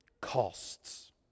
costs